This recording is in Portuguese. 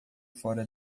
fora